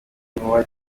inkuba